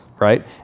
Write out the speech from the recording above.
right